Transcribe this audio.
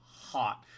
hot